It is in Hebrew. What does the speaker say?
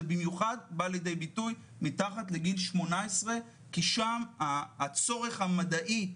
במיוחד בא לידי ביטוי מתחת לגיל 18 כי שם הצורך המדעי,